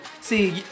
See